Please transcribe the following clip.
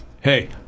hey